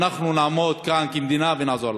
אנחנו נעמוד כאן כמדינה ונעזור להם.